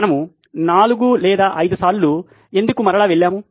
మనము 4 లేదా 5 సార్లు ఎందుకు వెళ్ళాము